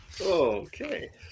Okay